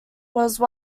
once